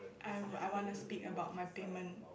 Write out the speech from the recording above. I I wanna speak about my payment